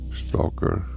stalker